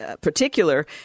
particular